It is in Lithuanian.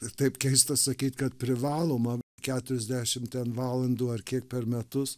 ir taip keista sakyt kad privaloma keturiasdešimt ten valandų ar kiek per metus